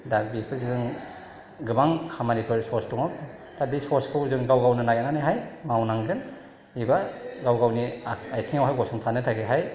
दा बेफोरजों गोबां खामानिफोर सर्स दङ दा बे सर्सखौ जों गाव गावनो नायनानैहाय मावनांगोन एबा गाव गावनि आथिंआवहाय गसंथानो थाखायहाय